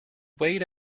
weighed